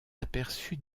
aperçu